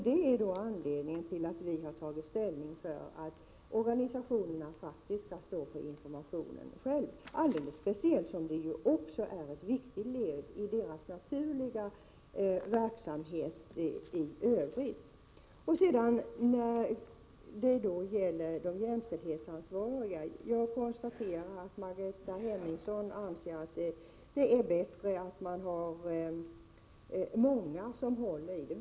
Det är anledningen till att vi tagit ställning för att organisationerna själva skall stå för informationen, alldeles speciellt som denna information är ett viktigt led i deras naturliga verksamhet i övrigt. Jag konstaterar att Margareta Hemmingsson anser att det är bättre att många har ansvaret för jämställdhetsfrågorna.